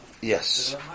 Yes